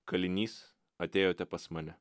kalinys atėjote pas mane